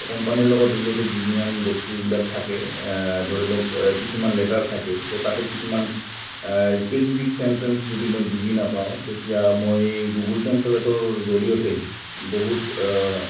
তো কোম্পানীৰ লগত ৰিলেটেড যি বস্তুবিলাক থাকে ধৰি লওক কিছুমান লেটাৰ থাকে তো তাতে কিছুমান স্পেচিফিক চেণ্টেঞ্চ যদি মই বুজি নাপাওঁ তেতিয়া মই গুগুল ট্ৰেঞ্চলেটৰ জৰিয়তেই বহুত